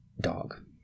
dog